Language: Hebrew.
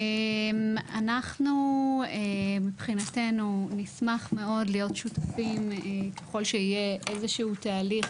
אנחנו מבחינתנו נשמח מאוד להיות שותפים ככל שיהיה איזשהו תהליך